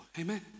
amen